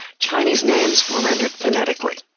chinese names were rendered phonetically.